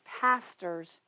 pastors